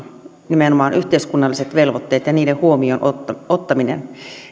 nimenomaan yhteiskunnalliset velvoitteet ja niiden huomioon ottaminen